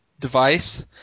device